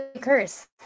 curse